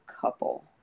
couple